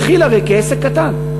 התחיל הרי כעסק קטן.